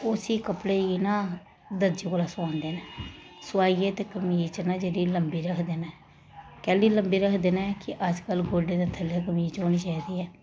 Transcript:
ते उस्सी कपड़े गी ना दर्जी कोला सोआंदे न सोआइयै ते कमीज ना जेह्ड़ी लम्बी रखदे न कैह्ली लम्बी रखदे न कि अजकल्ल गोड्डें दे थल्लै कमीज होनी चाहिदी ऐ